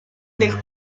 del